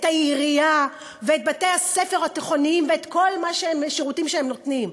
את העירייה ואת בתי-הספר התיכוניים ואת כל השירותים שהם נותנים.